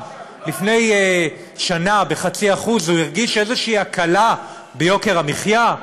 לפני שנה ב-0.5% הוא הרגיש איזו הקלה ביוקר המחיה?